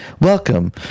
Welcome